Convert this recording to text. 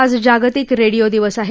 आज जागतिक रेडिओ दिवस आहे